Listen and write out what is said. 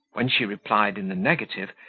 when she replied in the negative,